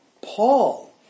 Paul